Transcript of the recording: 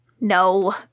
No